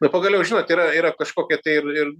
na pagaliau žinot yra yra kažkokie tai ir ir